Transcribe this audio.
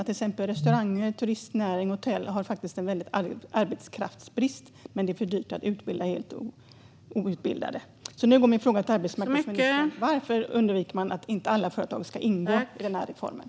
Till exempel har restauranger, turistnäring och hotell faktiskt en väldig arbetskraftsbrist, men det är för dyrt att utbilda personer helt utan förkunskaper. Nu kommer jag till min fråga till arbetsmarknadsministern: Varför låter man inte alla företag omfattas av den här reformen?